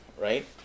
right